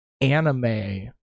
anime